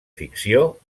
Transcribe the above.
ficció